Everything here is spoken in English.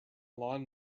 lawn